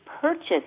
purchase